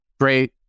great